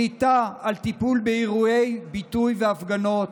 שליטה על טיפול באירועי ביטוי והפגנות,